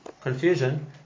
confusion